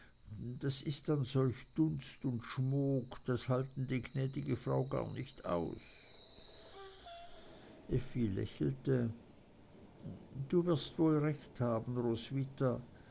das ist dann solch dunst und schmook das halten die gnädige frau gar nicht aus effi lächelte du wirst wohl recht haben roswitha